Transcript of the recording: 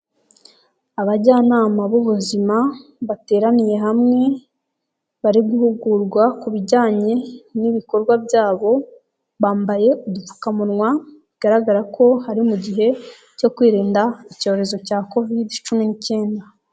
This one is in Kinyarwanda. Abajyanama b'ubuzima bateraniye hamwe, bari guhugurwa ku bijyanye n'ibikorwa byabo bambaye udupfukamunwa, bigaragara ko bari mu gihe cyo kwirinda icyorezo cya Kovidi cumi n'ikenda